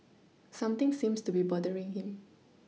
something seems to be bothering him